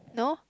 no